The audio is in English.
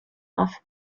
off